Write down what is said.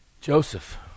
Joseph